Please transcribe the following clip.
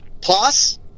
plus